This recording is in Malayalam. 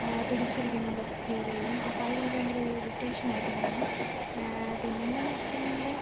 പിടിച്ചിരിക്കുന്നത് പോലെ ഫീൽ ചെയ്യും അപ്പം അത് നമുക്ക് ഭയങ്കര ഇറിറ്റേഷൻ ആയിട്ട് തോന്നും പിന്നെ എന്താണെന്ന് വെച്ചിട്ടുണ്ടെങ്കിൽ